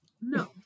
No